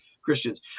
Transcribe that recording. Christians